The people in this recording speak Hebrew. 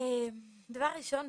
דבר ראשון,